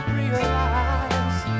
realize